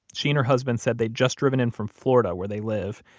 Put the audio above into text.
she and her husband said they'd just driven in from florida where they live,